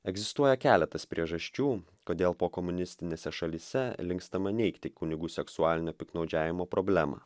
egzistuoja keletas priežasčių kodėl pokomunistinėse šalyse linkstama neigti kunigų seksualinio piktnaudžiavimo problemą